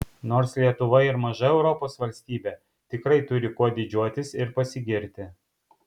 nors lietuva ir maža europos valstybė tikrai turi kuo didžiuotis ir pasigirti